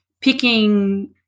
picking